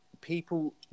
people